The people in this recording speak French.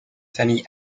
famille